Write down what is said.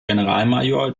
generalmajor